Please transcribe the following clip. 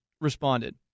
responded